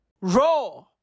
Raw